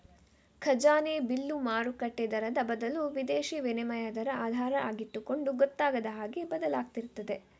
ಖಜಾನೆ ಬಿಲ್ಲು ಮಾರುಕಟ್ಟೆ ದರದ ಬದಲು ವಿದೇಶೀ ವಿನಿಮಯ ದರ ಆಧಾರ ಆಗಿಟ್ಟುಕೊಂಡು ಗೊತ್ತಾಗದ ಹಾಗೆ ಬದಲಾಗ್ತಿರ್ತದೆ